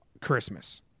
Christmas